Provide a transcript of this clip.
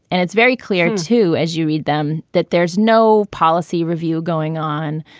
and it's very clear to as you read them that there's no policy review going on,